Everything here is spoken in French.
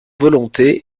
volonté